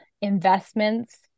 investments